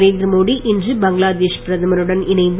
நரேந்திர மோடி இன்று பங்களாதேஷ் பிரதமருடன் இணைந்து